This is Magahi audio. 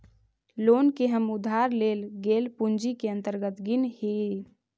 लोन के हम उधार लेल गेल पूंजी के अंतर्गत गिनऽ हियई